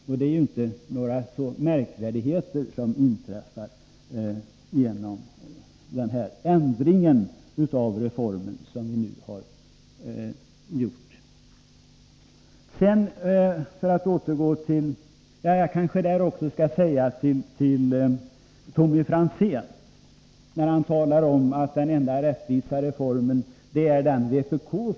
Det är alltså inte några märkvärdigheter som inträffar genom den ändring av reformen som vi nu har gjort. Tommy Franzén talar om att den enda rättvisa reformen är den vpk föreslår.